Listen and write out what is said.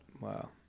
Wow